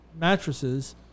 mattresses